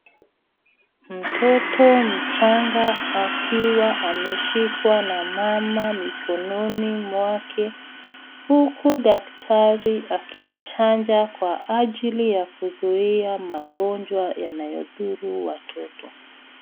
Mtoto mchanga akiwa ameshikwa na mama mikononi mwake huku daktari akimchanja kwa ajili ya kuzuia magonjwa yanayodhuru watoto.